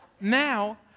Now